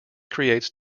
creates